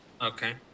Okay